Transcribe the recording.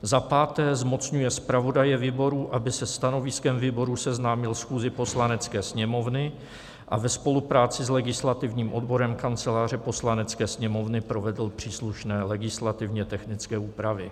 V. zmocňuje zpravodaje výboru, aby se stanoviskem výboru seznámil schůzi Poslanecké sněmovny a ve spolupráci s legislativním odborem Kanceláře Poslanecké sněmovny provedl příslušné legislativně technické úpravy.